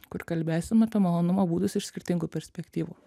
kur kalbėsim apie malonumo būdus iš skirtingų perspektyvų